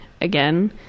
again